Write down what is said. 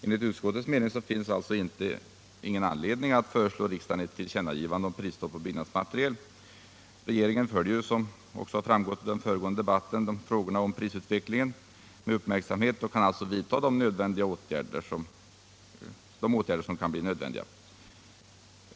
Enligt utskottets mening finns det alltså ingen anledning att föreslå regeringen ett tillkännagivande om prisstopp på byggnadsmaterial. Regeringen följer, som framgick av den nyss förda debatten, frågorna om prisutvecklingen med uppmärksamhet och kan alltså vidta nödvändiga åtgärder.